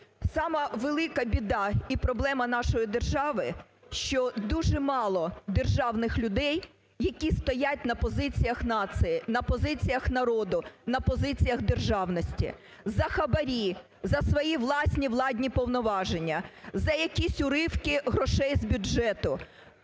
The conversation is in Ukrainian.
велика біда і проблема нашої держави, що дуже мало державних людей, які стоять на позиціях нації, на позиціях народу, на позиціях державності. За хабарі, за свої власні владні повноваження, за якісь уривки грошей з бюджету,